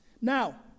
Now